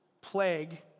plague